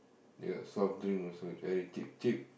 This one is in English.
ya soft drink also very cheap cheap